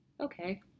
Okay